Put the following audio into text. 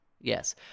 yes